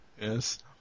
Yes